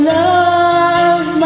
love